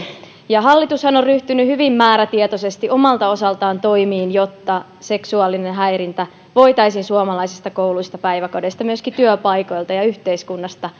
hallitushan on ryhtynyt hyvin määrätietoisesti omalta osaltaan toimiin jotta seksuaalinen häirintä voitaisiin suomalaisista kouluista päiväkodeista myöskin työpaikoilta ja yhteiskunnasta